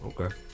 Okay